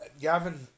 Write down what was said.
Gavin